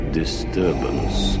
disturbance